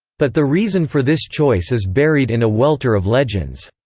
but the reason for this choice is buried in a welter of legends.